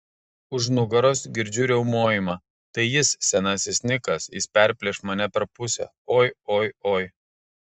už nugaros girdžiu riaumojimą tai jis senasis nikas jis perplėš mane per pusę oi oi oi